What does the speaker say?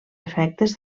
efectes